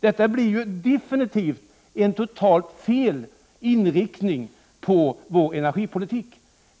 Det innebär en helt felaktig inriktning av vår energipolitik.